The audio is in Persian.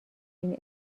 این